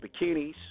bikinis